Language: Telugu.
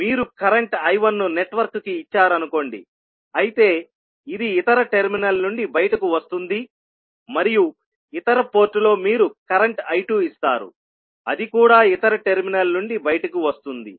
మీరు కరెంట్ I1ను నెట్ వర్క్ కి ఇచ్చారు అనుకోండి అయితే ఇది ఇతర టెర్మినల్ నుండి బయటకు వస్తుంది మరియు ఇతర పోర్టులో మీరు కరెంట్ I2 ఇస్తారుఅది కూడా ఇతర టెర్మినల్ నుండి బయటకు వస్తుంది